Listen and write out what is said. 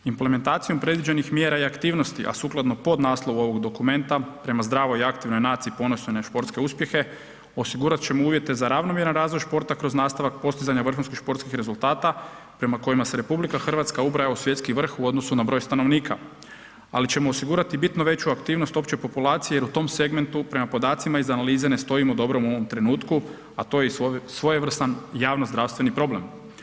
Implementacijom predviđenih mjera i aktivnosti, a sukladno podnaslovu ovog dokumenta prema zdravoj i aktivnoj naciji ponosnoj na športske uspjehe osigurat ćemo uvjete za ravnomjeran razvoj športa kroz nastavak postizanja vrhunskih športskih rezultata prema kojima se RH ubraja u svjetski vrh u odnosu na broj stanovnika, ali ćemo osigurati bitno veću aktivnost opće populacije jer u tom segmentu prema podacima iz analize ne stojimo dobro u ovom trenutku, a to je i svojevrstan javnozdravstveni problem.